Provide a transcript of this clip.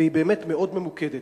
והיא באמת מאוד ממוקדת: